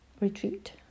retreat